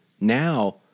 now